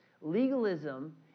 Legalism